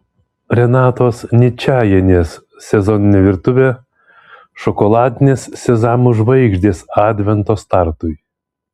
renatos ničajienės sezoninė virtuvė šokoladinės sezamų žvaigždės advento startui